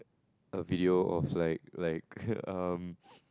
a video of like like um